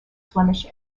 flemish